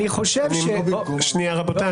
רבותיי,